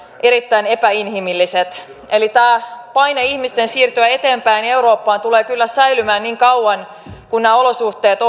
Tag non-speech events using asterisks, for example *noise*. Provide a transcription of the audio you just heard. erittäin epäinhimilliset eli tämä ihmisten paine siirtyä eteenpäin eurooppaan tulee kyllä säilymään niin kauan kun nämä olosuhteet *unintelligible*